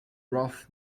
rough